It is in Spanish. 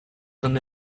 son